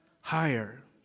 higher